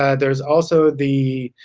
ah there's also the